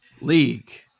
League